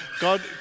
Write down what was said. God